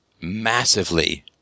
massively